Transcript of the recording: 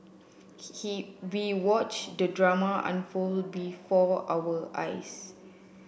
we watched the drama unfold before our eyes